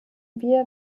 wir